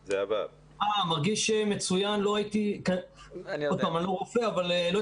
זה הגיוני, רק שאף